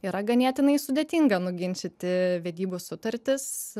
yra ganėtinai sudėtinga nuginčyti vedybų sutartis